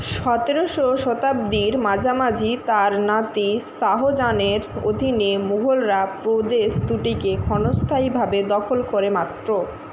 সতেরোশো শতাব্দীর মাঝামাঝি তাঁর নাতি শাহজানের অধীনে মুঘলরা প্রদেশ দুটিকে ক্ষণস্থায়ীভাবে দখল করে মাত্র